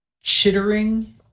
chittering